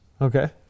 Okay